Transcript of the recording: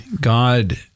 God